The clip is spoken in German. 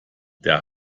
der